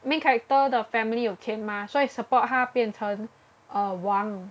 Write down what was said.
main character 的 family 有钱吗所以 support 他变成 uh 王